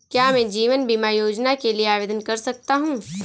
क्या मैं जीवन बीमा योजना के लिए आवेदन कर सकता हूँ?